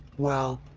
well,